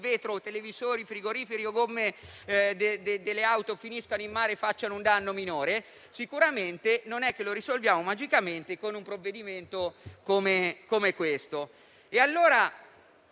vetro, i televisori, i frigoriferi o le gomme delle auto finiscono in mare facciano un danno minore. Sicuramente non risolviamo magicamente il problema con un provvedimento come questo.